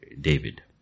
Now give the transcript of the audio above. David